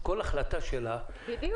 אז כל החלטה שלה --- בדיוק.